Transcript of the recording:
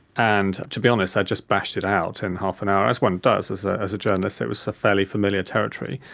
and to be honest i'd just bashed it out in half an hour, as one does as ah as a journalist, it was so fairly familiar territory.